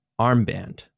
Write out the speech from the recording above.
armband